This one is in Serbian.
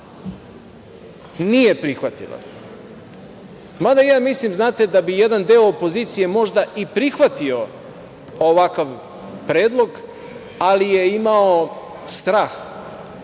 nije prihvatila. Mada ja mislim, znate, da jedan deo opozicije možda i prihvatio ovakav predlog, ali je imao strah,